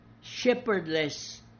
Shepherdless